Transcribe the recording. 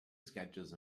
sketches